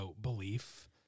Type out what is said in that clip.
belief